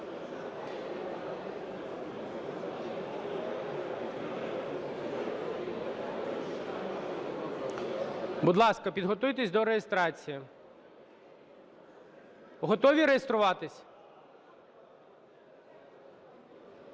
Будь ласка, підготуйтесь до реєстрації. Готові реєструватись?